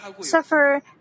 suffer